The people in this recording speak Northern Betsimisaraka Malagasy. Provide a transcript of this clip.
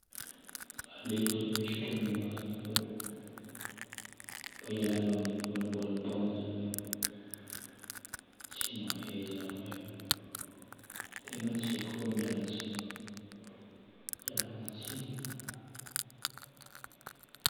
Aleoko zagny mitsotra ny marina mba hialagna amin'ilay mivôlambôlam-poagna zagny dia tsy mahay zaho e. Tegna tsy haiko fô miala tsiny. Ialagna tsiny.